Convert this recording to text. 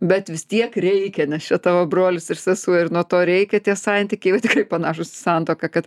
bet vis tiek reikia nes čia tavo brolis ir sesuo ir nuo to reikia tie santykiai jau tikrai panašūs į santuoką kad